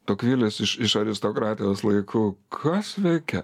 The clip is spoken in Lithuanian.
tokvilis iš iš aristokratijos laikų kas veikia